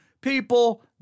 people